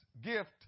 gift